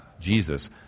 Jesus